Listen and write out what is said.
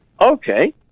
okay